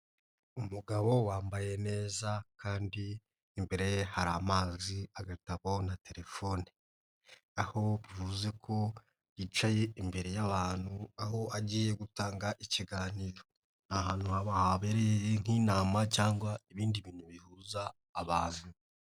Umugabo wambaye neza kandi imbere ye hari amazi, agatabo na telefone, aho bivuze ko yicaye imbere y'abantu aho agiye gutanga ikiganiro, ni ahantu habere nk'intama cyangwa ibindi bintu bihuza abantu.